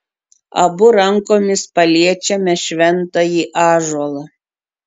abu rankomis paliečiame šventąjį ąžuolą